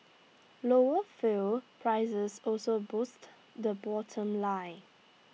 lower fuel prices also boost the bottom line